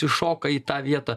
įšoka į tą vietą